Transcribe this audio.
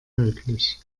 möglich